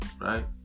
right